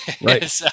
Right